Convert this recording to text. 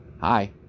hi